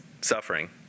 suffering